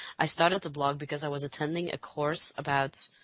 i started the blog because i was attending a course about